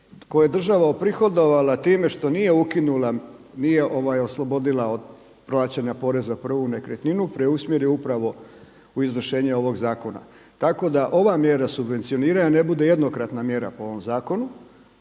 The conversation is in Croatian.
koje je država oprihodovala time što nije ukinula, nije oslobodila od plaćanja poreza prvu nekretninu preusmjeri upravo u izvršenje ovog zakona. Tako da ova mjera subvencioniranja ne bude jednokratna mjera po ovom zakonu